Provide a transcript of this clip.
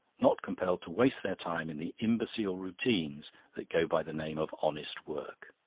not compelled to waste their time in the imbecile routines that go by the name of honest work.